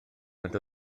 rhwng